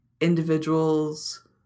individuals